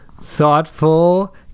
thoughtful